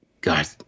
God